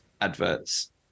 adverts